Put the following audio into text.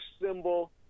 symbol